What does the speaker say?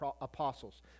apostles